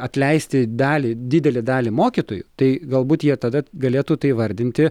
atleisti dalį didelę dalį mokytojų tai galbūt jie tada galėtų tai įvardinti